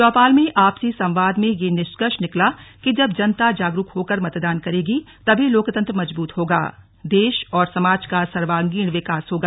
चौपाल में आपसी संवाद में यह निष्कर्ण निकला कि जब जनता जागरूक होकर मतदान करेगी तभी लोकतंत्र मजबूत होगा देश और समाज का सर्वांगीण विकास होगा